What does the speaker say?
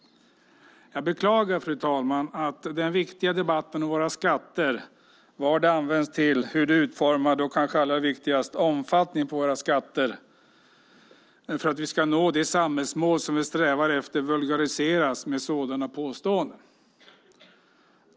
Jag beklagar, fru talman, att den viktiga debatten om våra skatter, vad de används till, hur de är utformade och, kanske allra viktigast, omfattningen på våra skatter för att vi ska nå det samhällsmål som vi strävar efter vulgariseras med sådana påståenden.